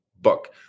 book